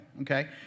okay